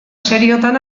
seriotan